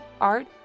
art